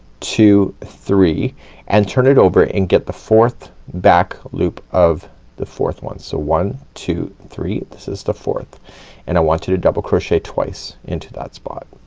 two, three and turn it over and get the fourth back loop of the fourth one. so one, two, three, this is the fourth and i want you to double crochet twice into that spot.